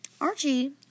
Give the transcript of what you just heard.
Archie